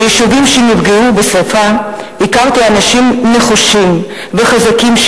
ביישובים שנפגעו בשרפה הכרתי אנשים נחושים וחזקים,